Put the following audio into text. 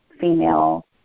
female